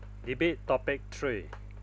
debate topic three